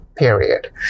period